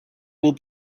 will